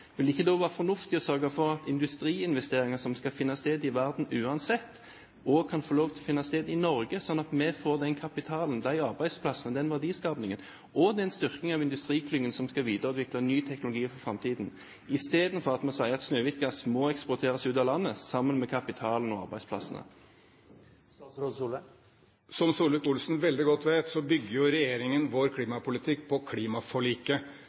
vil det ikke da være fornuftig å sørge for at industriinvesteringer som skal finne sted i verden uansett, også kan få lov til å finne sted i Norge, slik at vi får den kapitalen, de arbeidsplassene, den verdiskaping og den styrkingen av industriklyngen som skal videreutvikle ny teknologi for framtiden, istedenfor at vi sier at Snøhvit-gass må eksporteres ut av landet sammen med kapitalen og arbeidsplassene? Som Solvik-Olsen veldig godt vet, bygger regjeringens klimapolitikk på klimaforliket.